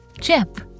chip